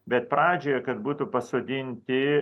bet pradžioje kad būtų pasodinti